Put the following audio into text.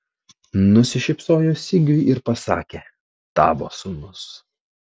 nusišypsojo sigiui ir pasakė tavo sūnus